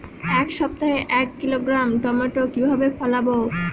এক সপ্তাহে এক কিলোগ্রাম টমেটো কিভাবে ফলাবো?